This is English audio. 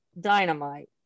Dynamite